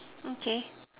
okay